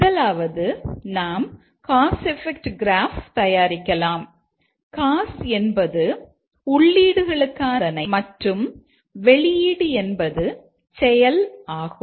முதலாவது நாம் cause effect graph என்பது உள்ளீடுகளுக்கான நிபந்தனை மற்றும் வெளியீடு என்பது செயல் ஆகும்